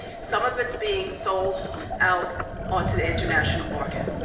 some of it's being sold out onto the international market.